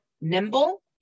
nimble